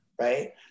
right